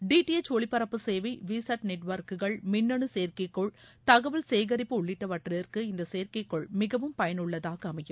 D T H ஒளிப்பரப்பு சேவை VSAT நெட்ஒர்க்குகள் மின்னனு செயற்கைகோள் தகவல் சேகரிப்பு உள்ளிட்டவற்றிற்கு இந்த செயற்கைகோள் மிகவும் பயனுள்ளதாக அமையும்